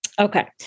Okay